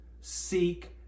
seek